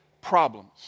problems